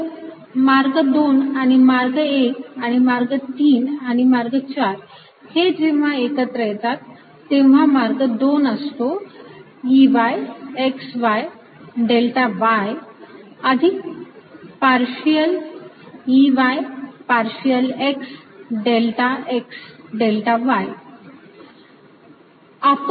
तर मार्ग 2 आणि मार्ग 1 आणि मार्ग 3 आणि मार्ग 4 हे जेव्हा एकत्र येतात तेव्हा मार्ग 2 असतो Ey xy डेल्टा y अधिक partial Ey partial x delta x delta y